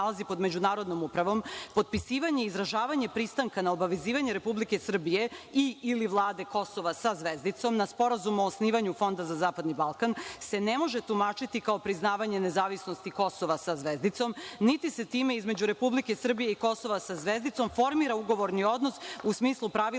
pod međunarodnom upravom, potpisivanje i izražavanje pristanka na obavezivanje Republike Srbije i/ili vlade Kosova, sa zvezdicom, na Sporazum o osnivanju Fonda za zapadni Balkan se ne može tumačiti kao priznavanje nezavisnosti Kosova, sa zvezdicom, niti se time između Republike Srbije i Kosova, sa zvezdicom, formira ugovorni odnos u smislu pravila